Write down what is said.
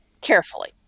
Carefully